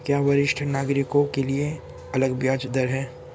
क्या वरिष्ठ नागरिकों के लिए अलग ब्याज दर है?